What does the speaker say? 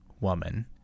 woman